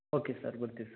okay sir ಬರ್ತೀವಿ sir